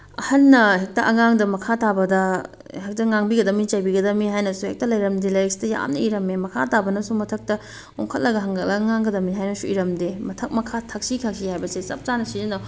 ꯑꯍꯟꯅ ꯍꯦꯛꯇ ꯑꯉꯥꯡꯗ ꯃꯈꯥ ꯇꯥꯕꯗ ꯍꯦꯛꯇ ꯉꯥꯡꯕꯤꯒꯗꯃꯤ ꯆꯩꯕꯤꯒꯗꯃꯤ ꯍꯥꯏꯅꯁꯨ ꯍꯦꯛꯇ ꯂꯩꯔꯝꯗꯦ ꯂꯥꯏꯔꯤꯛꯁꯤꯗ ꯌꯥꯝꯅ ꯏꯔꯝꯃꯦ ꯃꯈꯥ ꯇꯥꯕꯅꯁꯨ ꯃꯊꯛꯇ ꯑꯣꯟꯈꯠꯂꯒ ꯍꯪꯒꯠꯂ ꯉꯥꯡꯒꯗꯃꯤ ꯍꯥꯏꯅꯁꯨ ꯏꯔꯝꯗꯦ ꯃꯊꯛ ꯃꯈꯥ ꯊꯛꯁꯤ ꯈꯥꯁꯤ ꯍꯥꯏꯕꯁꯦ ꯆꯞ ꯆꯥꯅ ꯁꯤꯖꯤꯟꯅꯧ